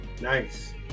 Nice